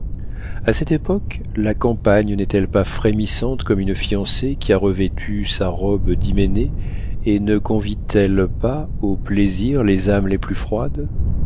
a cette époque la campagne n'est-elle pas frémissante comme une fiancée qui a revêtu sa robe d'hyménée et ne convie t elle pas au plaisir les âmes les plus froides